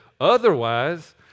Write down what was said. Otherwise